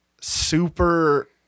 super